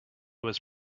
was